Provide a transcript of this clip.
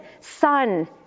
son